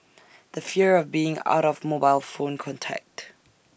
the fear of being out of mobile phone contact